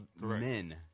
men